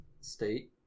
state